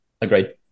Agreed